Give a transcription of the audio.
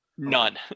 None